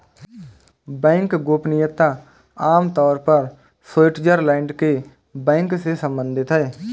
bank गोपनीयता आम तौर पर स्विटज़रलैंड के बैंक से सम्बंधित है